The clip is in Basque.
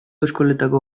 eskoletako